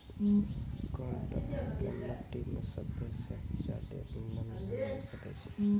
कोन तरहो के मट्टी मे सभ्भे से ज्यादे नमी हुये सकै छै?